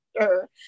sure